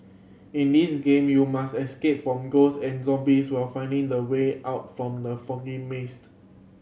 in this game you must escape from ghost and zombies while finding the way out from the foggy mazed